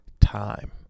time